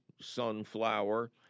sunflower